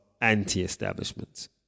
anti-establishment